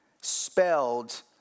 spelled